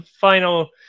final